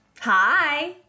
Hi